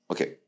Okay